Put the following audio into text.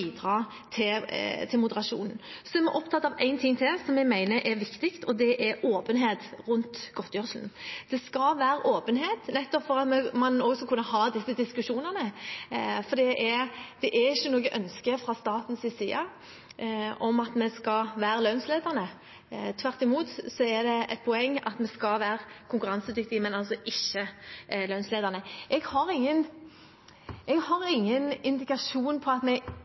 til moderasjon. Så er vi opptatt av en ting til som jeg mener er viktig, og det er åpenhet rundt godtgjørelsen. Det skal være åpenhet, nettopp for at man også skal kunne ha disse diskusjonene, for det er ikke noe ønske fra statens side om at vi skal være lønnsledende. Tvert imot er det et poeng at vi skal være konkurransedyktige, men altså ikke lønnsledende. Jeg har ingen indikasjon på at vi ikke er der, og at vi